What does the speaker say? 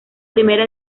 primera